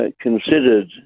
considered